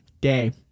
day